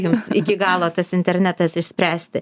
jums iki galo tas internetas išspręsti